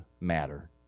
matter